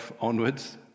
onwards